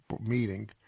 meeting